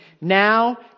now